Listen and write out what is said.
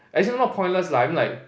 as in not pointless lah I mean like